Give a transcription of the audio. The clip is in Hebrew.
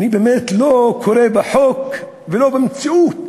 אני באמת לא קורא בחוק ולא במציאות